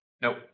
Nope